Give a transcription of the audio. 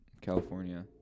California